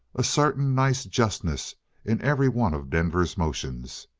a certain nice justness in every one of denver's motions.